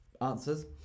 answers